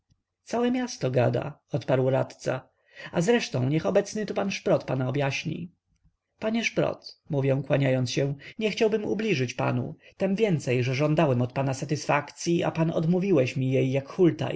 całe miasto gada odparł radca a zresztą niech obecny tu pan szprot pana objaśni panie szprot mówię kłaniając się nie chciałbym ubliżyć panu tem więcej że żądałem od pana satysfakcyi a pan odmówiłeś mi jej